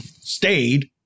stayed